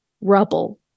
rubble